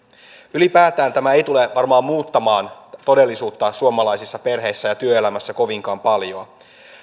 ylipäätään tämä ei tule varmaan muuttamaan todellisuutta suomalaisissa perheissä ja työelämässä kovinkaan paljoa täällä